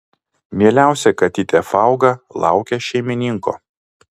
mieliausia katytė fauga laukia šeimininko